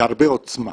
זה הרבה עוצמה,